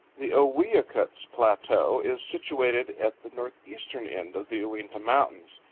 the owiyukuts plateau is situated at the northeastern end of the uinta mountains.